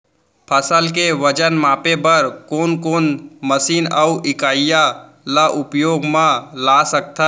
फसल के वजन मापे बर कोन कोन मशीन अऊ इकाइयां ला उपयोग मा ला सकथन?